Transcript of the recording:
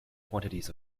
quantities